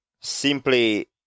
simply